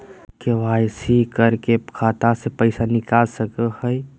KYC करा के खाता से पैसा निकल सके हय?